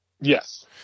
Yes